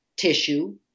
tissue